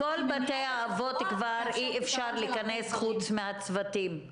לכל בתי האבות כבר אי-אפשר להיכנס חוץ מהצוותים,